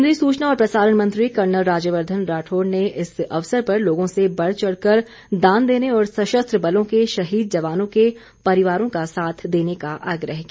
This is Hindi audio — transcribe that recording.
केंद्रीय सूचना और प्रसारण मंत्री कर्नल राज्यवर्द्धन राठौड़ ने इस अवसर पर लोगों से बढ़ चढ़कर दान देने और सशस्त्र बलों के शहीद जवानों के परिवारों का साथ देने का आग्रह किया